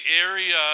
area